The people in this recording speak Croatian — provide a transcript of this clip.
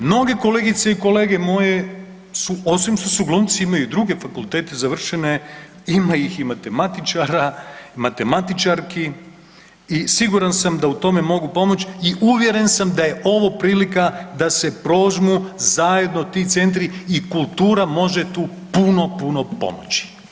Mnoge kolegice i kolege moje su, osim što su glumci imaju i druge fakultete završene, ima ih i matematičara, i matematičarki i siguran sam da u tome mogu pomoći i uvjeren sam da je ovo prilika da se prožmu zajedno ti centri i kultura može tu puno, puno pomoći.